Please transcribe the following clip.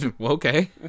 okay